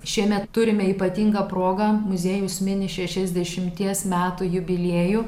šiemet turime ypatingą progą muziejus mini šešiasdešimties metų jubiliejų